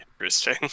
interesting